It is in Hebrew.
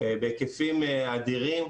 בהיקפים אדירים,